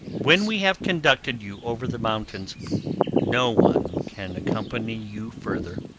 when we have conducted you over the mountains no one can accompany you further,